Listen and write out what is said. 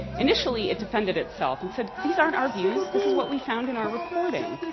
initially, it defended itself, and said, these aren't our views. this is what we found in our reporting.